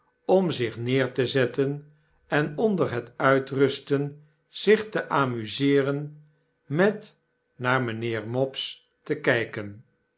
om zich neer te zetten en onder het uitrusten zich te amuseeren met naar mijnheer mopes te kijken